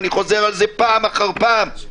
ואני חוזר על זה פעם אחר פעם.